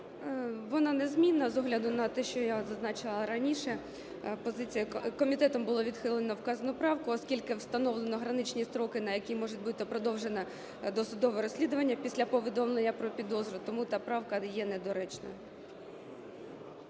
Вона незмінна з огляду на те, що я зазначила раніше. Позиція… комітетом було відхилено вказану правку, оскільки встановлені граничні строки, на які може бути продовжено досудове розслідування після повідомлення про підозру, тому та правка є недоречною.